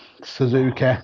Suzuki